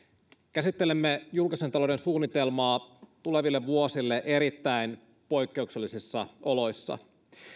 käsittelemme julkisen talouden suunnitelmaa tuleville vuosille erittäin poikkeuksellisissa oloissa